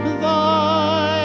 thy